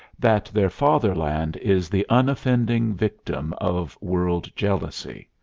that their fatherland is the unoffending victim of world-jealousy.